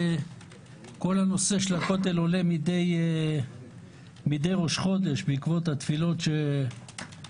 כל הנושא של הכותל עולה מדי ראש חודש בעקבות התפילות שמתבצעות